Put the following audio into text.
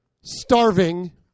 starving